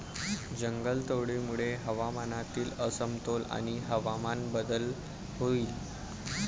जंगलतोडीमुळे हवामानातील असमतोल आणि हवामान बदल होईल